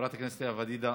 חברת הכנסת לאה פדידה,